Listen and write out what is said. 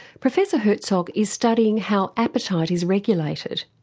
professor herzog is studying how appetite is regulated.